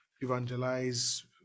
evangelize